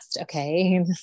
Okay